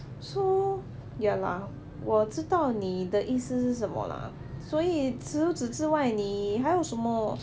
so ya lah 我知道你的意思是什么 lah 所以除此之外你还有什么